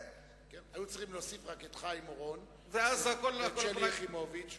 היו צריכים להוסיף רק את חיים אורון ואת שלי יחימוביץ,